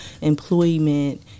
employment